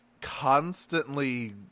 constantly